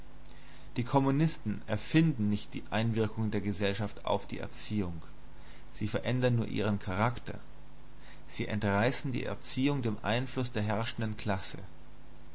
die kommunisten erfinden nicht die einwirkung der gesellschaft auf die erziehung sie verändern nur ihren charakter sie entreißen die erziehung dem einfluß der herrschenden klasse